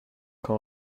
qu’en